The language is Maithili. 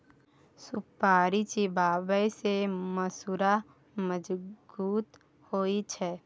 सुपारी चिबाबै सँ मसुरा मजगुत होइ छै